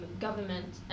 government